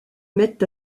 mettent